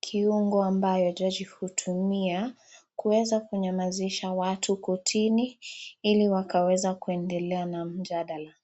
kiungo ambayo jaji hutumia kuweza kunyamazisha watu kotini ili wakaweza kuendelea na mjadala.